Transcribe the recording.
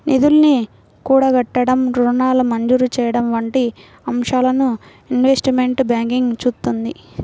నిధుల్ని కూడగట్టడం, రుణాల మంజూరు చెయ్యడం వంటి అంశాలను ఇన్వెస్ట్మెంట్ బ్యాంకింగ్ చూత్తుంది